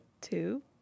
Two